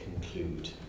conclude